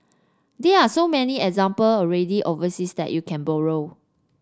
there are so many example already overseas that you can borrow